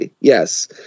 yes